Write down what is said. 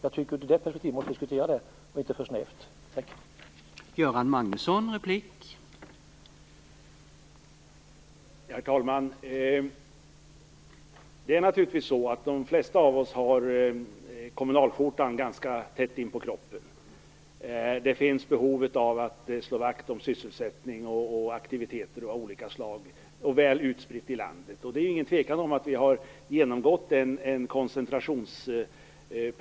Det är ur det perspektivet vi måste diskutera detta och inte ur ett alltför snävt perspektiv.